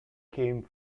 came